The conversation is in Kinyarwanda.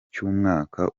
cy’umwaka